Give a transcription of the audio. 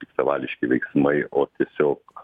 piktavališki veiksmai o tiesiog